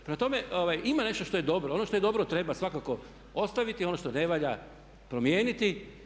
Prema tome, ima nešto što je dobro, ono što je dobro treba svakako ostaviti, ono što ne valja promijeniti.